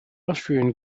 austrian